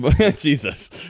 Jesus